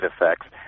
effects